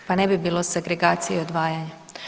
Ok, pa ne bi bilo segregacije i odvajanja.